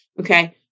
okay